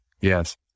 yes